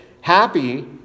Happy